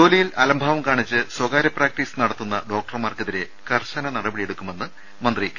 ജോലിയിൽ അലംഭാവം കാണിച്ച് സ്വകാര്യ പ്രാക്ടീസ് നടത്തുന്ന ഡോക്ടർമാർക്കെതിരെ കർശന നടപടിയെടുക്കുമെന്ന് മന്ത്രി കെ